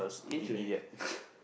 means you have